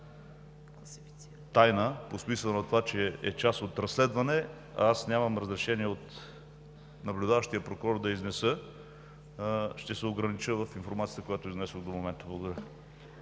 тайна по смисъла на това, че е част от разследване, аз нямам разрешение от наблюдаващия прокурор да я изнеса. Ще се огранича с информацията, която изнесох до момента. Благодаря.